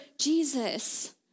Jesus